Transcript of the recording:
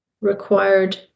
required